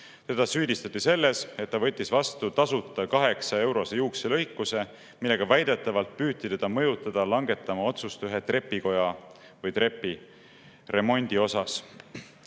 Teda süüdistati selles, et ta võttis vastu tasuta muidu kaheksaeurose juukselõikuse, millega väidetavalt püüti teda mõjutada langetama otsust ühe trepikoja või trepi remondi kohta.